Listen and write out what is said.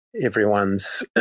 everyone's